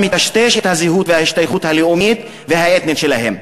מטשטש את הזהות וההשתייכות הלאומית והאתנית שלהם.